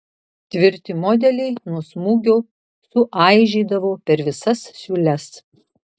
tvirti modeliai nuo smūgio suaižėdavo per visas siūles